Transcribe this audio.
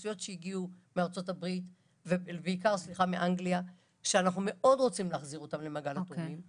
אוכלוסיות שהגיעו מאנגליה שאנחנו מאוד רוצים להחזיר אותם למעגל התורמים,